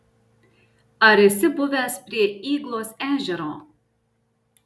ar esi buvęs prie yglos ežero